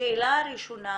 השאלה הראשונה